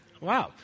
wow